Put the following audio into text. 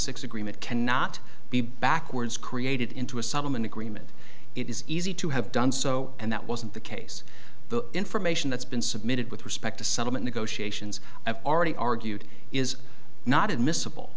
six agreement cannot be backwards created into a solomon agreement it is easy to have done so and that wasn't the case the information that's been submitted with respect to settlement negotiations i've already argued is not admissible